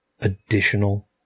additional